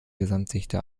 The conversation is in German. gesamtdichte